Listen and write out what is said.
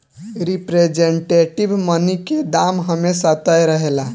representative money के दाम हमेशा तय रहेला